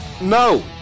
no